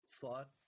thought